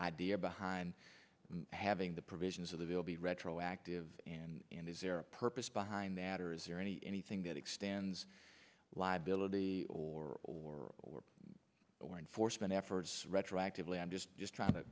idea behind having the provisions of the bill be retroactive and is there a purpose behind that or is there any anything that expands liability or or or or enforcement efforts retroactively i'm just trying to